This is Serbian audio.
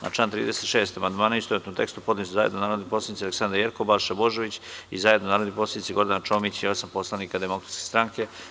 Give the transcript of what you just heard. Na član 36. amandmane, u istovetnom tekstu, podneli su zajedno narodni poslanici mr Aleksandra Jerkov i Balša Božović, i zajedno narodni poslanici Gordana Čomić i osam poslanika Demokratske stranke.